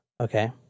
Okay